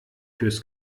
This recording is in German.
fürs